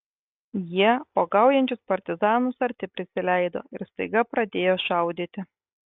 jie uogaujančius partizanus arti prisileido ir staiga pradėjo šaudyti